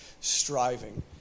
striving